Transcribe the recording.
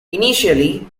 initially